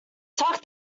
tuck